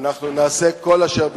אנחנו נעשה כל אשר ביכולתנו,